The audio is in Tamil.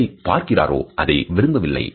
எதைப் பார்க்கிறாரோ அதை விரும்பவில்லை